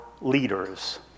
leaders